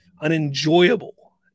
unenjoyable